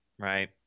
right